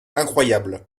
incroyable